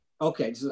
Okay